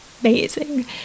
amazing